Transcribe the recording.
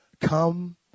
come